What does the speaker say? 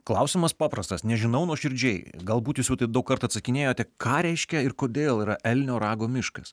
klausimas paprastas nežinau nuoširdžiai galbūt jūs jau daugkart atsakinėjote ką reiškia ir kodėl yra elnio rago miškas